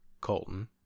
Colton